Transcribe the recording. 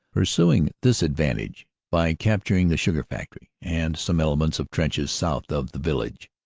pursuing this advantage by capturing the sugar factory and some elements of trenches south of the village.